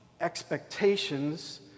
expectations